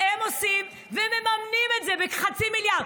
עושים, ומממנים את זה בחצי מיליארד.